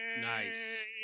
Nice